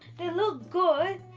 they look good.